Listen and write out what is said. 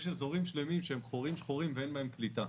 יש אזורים שלמים שהם חורים שחורים ואין בהם קליטה.